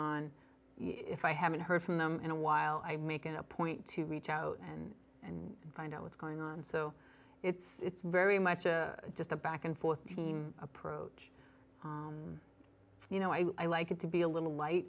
on if i haven't heard from them in a while i make it a point to reach out and and find out what's going on so it's very much a just a back and forth team approach you know i like it to be a little light